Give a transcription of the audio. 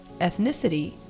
ethnicity